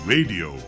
Radio